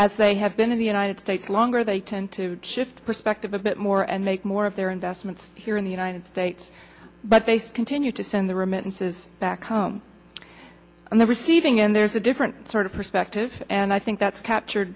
as they have been in the united states longer they tend to shift perspective a bit more and make more of their investments here in the united states but they continue to send the remittances back home and the receiving end there's a different sort of perspective and i think that's captured